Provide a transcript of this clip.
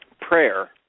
prayer